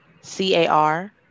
C-A-R